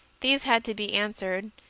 these had to be answered,